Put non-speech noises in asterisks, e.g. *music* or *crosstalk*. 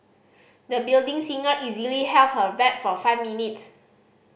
the building singer easily held her *unintelligible* for five minutes